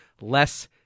less